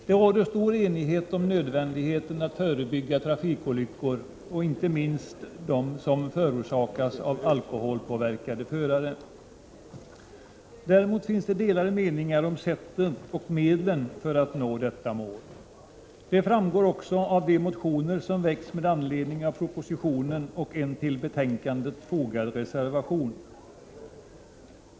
Det råder stor enighet om nödvändigheten av att förebygga trafikolyckor, inte minst de olyckor som förorsakas av alkoholpåverkade förare. Däremot finns det delade meningar om sättet och medlen för att nå detta mål. Det framgår av de motioner som har väckts med anledning av propositionen och även av en till betänkandet fogad reservation.